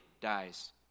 dies